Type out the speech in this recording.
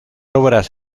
obras